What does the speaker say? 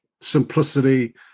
simplicity